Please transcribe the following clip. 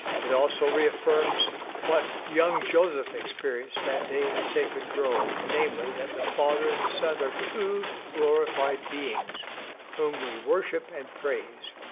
it also reaffirms what young joseph experienced that day in the sacred grove namely, that the father and the son are two glorified beings whom we worship and praise.